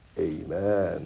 amen